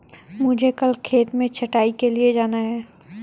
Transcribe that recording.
मुझे कल खेत में छटाई के लिए जाना है